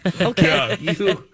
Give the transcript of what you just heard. okay